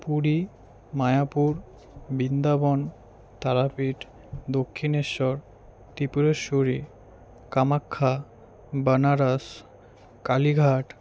Puri Mayapur Vrindavan Tarapith Dakshineswar Tripureswari Kamakhya Benaras Kalighat